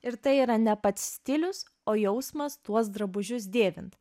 ir tai yra ne pats stilius o jausmas tuos drabužius dėvint